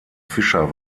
fischer